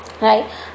right